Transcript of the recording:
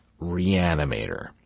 Reanimator